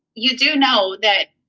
you do know that